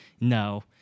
No